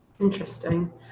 Interesting